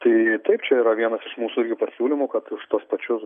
tai taip čia yra vienas iš mūsų irgi pasiūlymų kad už tuos pačius